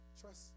Trust